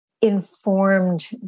informed